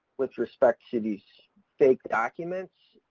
with respect to these fake documents,